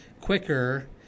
quicker